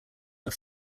are